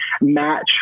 match